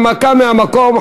הנמקה מהמקום.